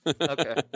Okay